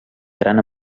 gran